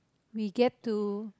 we get to